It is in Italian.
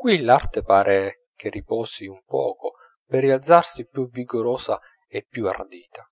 qui l'arte pare che riposi un poco per rialzarsi più vigorosa e più ardita